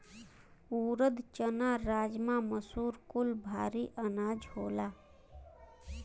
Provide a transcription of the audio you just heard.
ऊरद, चना, राजमा, मसूर कुल भारी अनाज होला